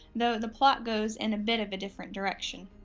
though the plot goes in a bit of a different direction.